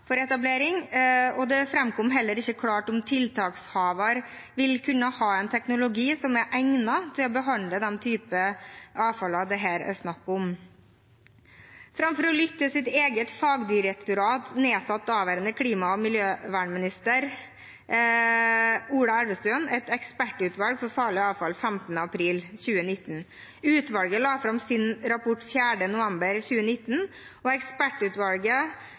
for etablering, og det framkom heller ikke klart om tiltakshaver ville kunne ha en teknologi som er egnet til å behandle den typen avfall det her er snakk om. Framfor å lytte til sitt eget fagdirektorat nedsatte daværende klima- og miljøminister Ola Elvestuen et ekspertutvalg for farlig avfall 15. april 2019. Utvalget la fram sin rapport 4. november 2019, og